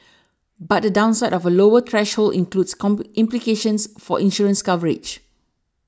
but the downside of a lower threshold includes implications for insurance coverage